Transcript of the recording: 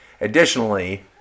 Additionally